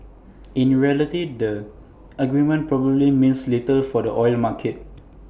in reality the agreement probably means little for the oil market